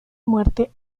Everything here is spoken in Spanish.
muerte